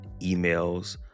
emails